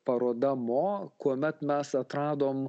paroda mo kuomet mes atradom